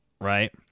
Right